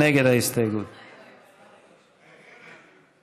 ההסתייגות (9)